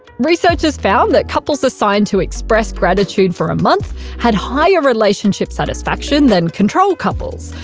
researchers found that couples assigned to express gratitude for a month had higher relationship satisfaction than control couples,